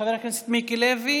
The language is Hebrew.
חבר הכנסת מיקי לוי.